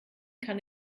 kann